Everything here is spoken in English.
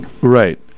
Right